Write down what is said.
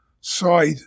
side